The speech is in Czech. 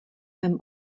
mém